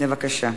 בבקשה.